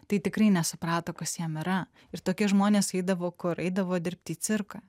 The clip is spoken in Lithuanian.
tai tikrai nesuprato kas jam yra ir tokie žmonės eidavo kur eidavo dirbti į cirką